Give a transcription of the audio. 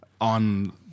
on